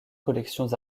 collections